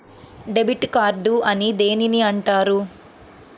Debit card అని దేనిని అంటారు?